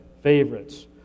favorites